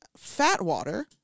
Fatwater